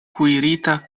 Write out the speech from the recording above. kuirita